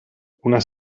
una